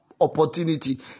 Opportunity